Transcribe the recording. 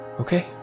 okay